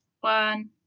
one